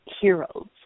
heroes